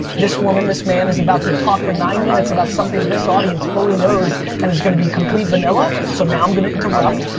this woman, this man, is about to talk for nine minutes about something this audience fully knows and is gonna be complete vanilla? so now, i'm gonna interrupt,